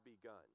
begun